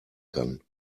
kann